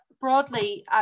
broadly